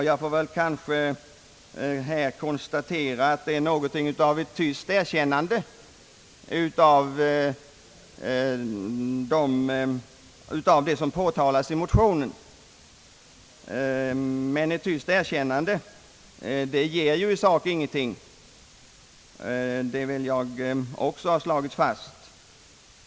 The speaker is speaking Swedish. Jag kan måhända konstatera att det innebär någonting av ett tyst erkännande av det som framförs i motionen. Men ett tyst erkännande ger ju i sak ingenting. Det vill jag också ha fastslaget.